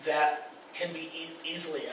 that can be easily